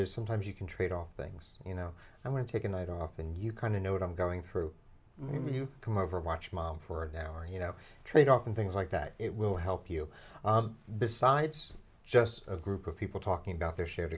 is sometimes you can trade off things you know i want to take a night off and you kind of know what i'm going through and you come over watch mom for an hour he no tradeoff and things like that it will help you besides just a group of people talking about their shared